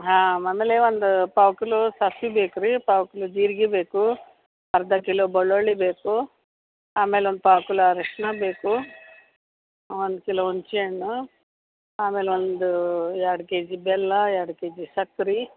ಹಾಂ ಆಮೇಲೆ ಒಂದು ಪಾವು ಕಿಲೋ ಸಾಸ್ವೆ ಬೇಕು ರೀ ಪಾವು ಕಿಲೋ ಜೀರ್ಗೆ ಬೇಕು ಅರ್ಧ ಕಿಲೋ ಬೆಳ್ಳುಳ್ಳಿ ಬೇಕು ಆಮೇಲೆ ಒಂದು ಪಾವು ಕಿಲೋ ಅರಶಿನ ಬೇಕು ಒಂದು ಕಿಲೋ ಹುಣ್ಸೆ ಹಣ್ಣು ಆಮೇಲೆ ಒಂದು ಎರಡು ಕೆಜಿ ಬೆಲ್ಲ ಎರಡು ಕೆಜಿ ಸಕ್ರೆ